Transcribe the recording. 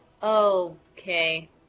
okay